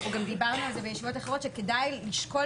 וגם דיברנו על זה בישיבות אחרות שכדאי לשקול